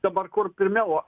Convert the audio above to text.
dabar kur pirmiau